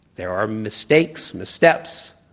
there are mistakes, missteps.